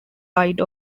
side